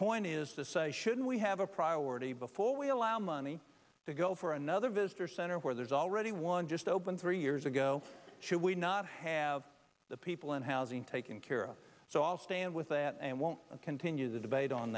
point is to say shouldn't we have a priority before we allow money to go for another visitor center where there's already one just opened three years ago should we not have the people and housing taken care of so i'll stand with that and won't continue the debate on